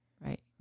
Right